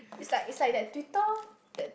is like is like the Twitter that